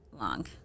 long